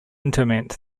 interment